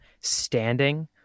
standing